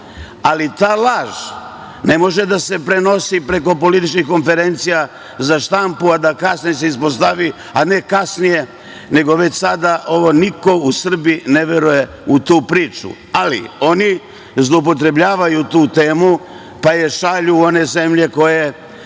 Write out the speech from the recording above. ali ta laž ne može da se prenosi preko političkih konferencija za štampu, a da se kasnije ispostavi, a ne kasnije, već sada, niko u Srbiji ne veruje u tu priču. Ali, oni zloupotrebljavaju tu temu, pa je šalju u one zemlje koje